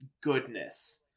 goodness